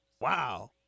Wow